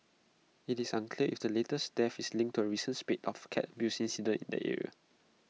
IT is unclear if the latest death is linked to A recent spate of cat abuse incidents in the area